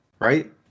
Right